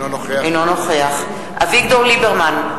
אינו נוכח אביגדור ליברמן,